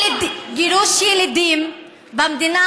ילד קטן שנושא